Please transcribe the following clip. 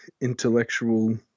intellectual